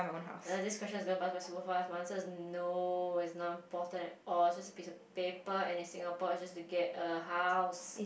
err this question is going to pass by super fast my answer no it's not important at all it's just a piece of paper and it's Singapore just to get a house